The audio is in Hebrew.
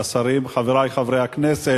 השרים, חברי חברי הכנסת,